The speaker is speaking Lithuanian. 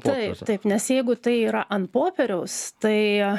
taip taip nes jeigu tai yra ant popieriaus tai